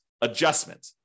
adjustment